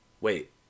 wait